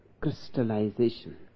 crystallization